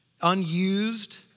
unused